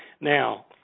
Now